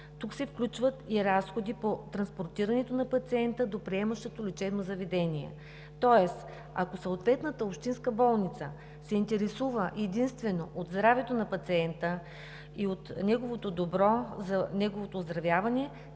Тук се включват и разходи по транспортирането на пациента до приемащото лечебно заведение. Тоест, ако съответната общинска болница се интересува единствено от здравето на пациента и от неговото оздравяване,